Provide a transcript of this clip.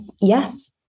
yes